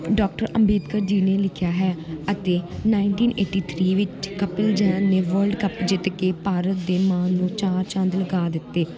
doctor Ambedkar ji ਨੇ ਲਿਖਿਆ ਹੈ ਅਤੇ ਨਾਈਨਟੀਨ ਏਟੀ ਥਰੀ ਵਿੱਚ ਕਪਿਲ ਜੈਨ ਨੇ ਵਰਲਡ ਕੱਪ ਜਿੱਤ ਕੇ ਭਾਰਤ ਦੇ ਮਾਣ ਨੂੰ ਚਾਰ ਚੰਦ ਲਗਾ ਦਿੱਤੇ